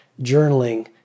Journaling